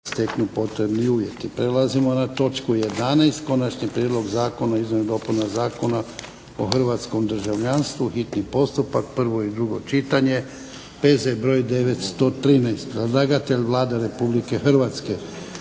**Jarnjak, Ivan (HDZ)** Prelazimo na točku 11. –- Konačni prijedlog Zakona o izmjenama i dopunama Zakona o hrvatskom državljanstvu, hitni postupak, prvo i drugo čitanje, P.Z. br. 913 Predlagatelj Vlada Republike Hrvatske.